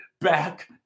back